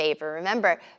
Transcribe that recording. Remember